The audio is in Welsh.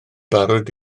barod